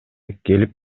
келип